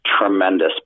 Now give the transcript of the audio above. tremendous